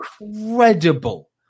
Incredible